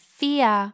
fear